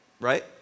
right